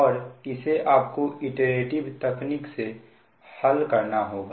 और इसे आपको इटरेटिव तरीके से हल करना होगा